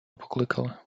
покликали